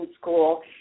school